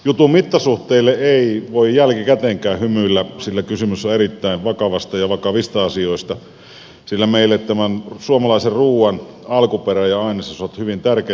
jutun mittasuhteille ei voi jälkikäteenkään hymyillä sillä kysymys on erittäin vakavasta asiasta ja vakavista asioista sillä meille tämän suomalaisen ruuan alkuperä ja ainesosat ovat hyvin tärkeitä asioita